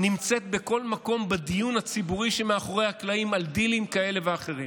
נמצאת בכל מקום בדיון הציבורי שמאחורי הקלעים על דילים כאלה ואחרים.